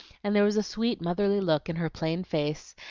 and there was a sweet motherly look in her plain face,